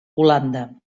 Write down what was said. holanda